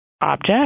object